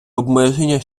обмеження